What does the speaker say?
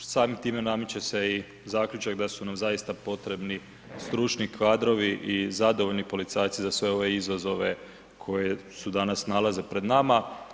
Samim time nameće se i zaključak da su nam zaista potrebni stručni kadrovi i zadovoljni policajci za sve ove izazove koje se danas nalaze pred nama.